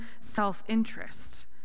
self-interest